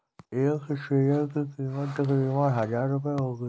एक स्प्रेयर की कीमत तकरीबन हजार रूपए होगी